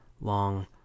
long